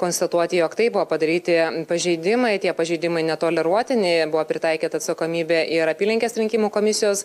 konstatuoti jog tai buvo padaryti pažeidimai tie pažeidimai netoleruotini buvo pritaikyta atsakomybė ir apylinkės rinkimų komisijos